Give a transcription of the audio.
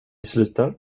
slutar